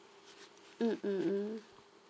mm mm mm